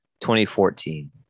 2014